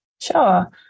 Sure